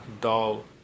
doll